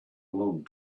long